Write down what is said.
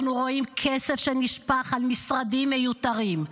אנחנו רואים כסף שנשפך על משרדים מיותרים,